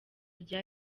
rya